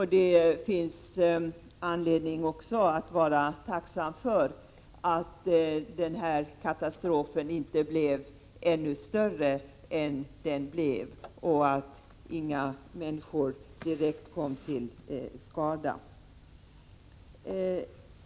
Det finns också anledning att vara tacksam för att den här katastrofen inte blev större och att inga människor direkt kom till skada.